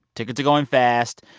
tickets are going fast.